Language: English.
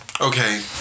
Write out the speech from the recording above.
Okay